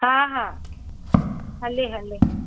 हा हा हले हले